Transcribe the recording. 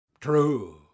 true